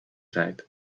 rijdt